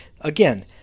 Again